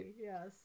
Yes